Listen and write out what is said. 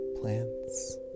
plants